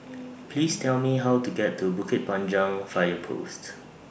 Please Tell Me How to get to Bukit Panjang Fire Post